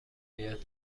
اید